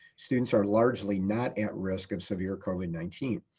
students are largely not at risk of severe covid nineteen.